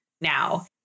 now